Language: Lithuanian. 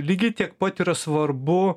lygiai tiek pat yra svarbu